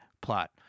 plot